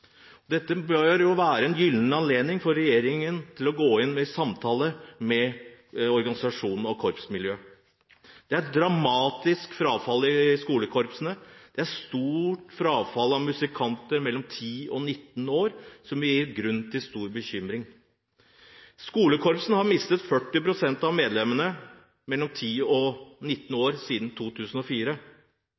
Dette bør være en gyllen anledning for regjeringen til å gå inn i samtale med organisasjonene og korpsmiljøet. Det er dramatisk frafall i skolekorpsene. Det er et stort frafall av musikanter mellom 10 og 19 år, som gir grunn til stor bekymring. Skolekorpsene har mistet 40 pst. av medlemmene mellom 10 og 19 år siden 2004.